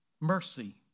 mercy